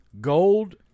gold